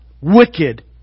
wicked